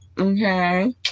okay